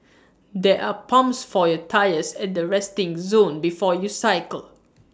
there are pumps for your tyres at the resting zone before you cycle